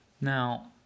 Now